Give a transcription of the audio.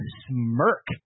smirk